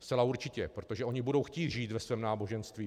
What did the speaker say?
Zcela určitě, protože oni budou chtít žít ve svém náboženství.